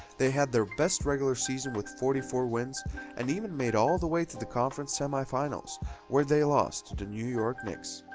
they had their best regular season with forty four wins and even made all the way to the conference semifinals where they lost to the new york knicks.